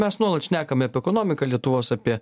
mes nuolat šnekam apie ekonomiką lietuvos apie